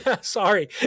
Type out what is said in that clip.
sorry